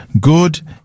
good